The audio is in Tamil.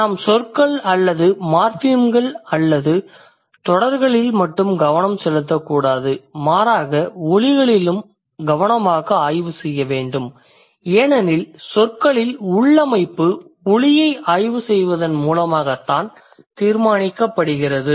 நாம் சொற்கள் அல்லது மார்ஃபிம்கள் அல்லது தொடர்களில் மட்டும் கவனம் செலுத்தக்கூடாது மாறாக ஒலிகளிலும் கவனமாக ஆய்வு செய்ய வேண்டும் ஏனெனில் சொற்களின் உள் அமைப்பு ஒலியை ஆய்வு செய்வதன் மூலமாகத் தீர்மானிக்கப்படுகிறது